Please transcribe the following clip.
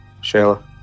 Shayla